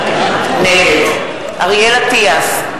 נגד אריאל אטיאס,